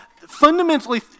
fundamentally